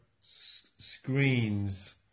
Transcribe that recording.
screens